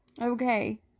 Okay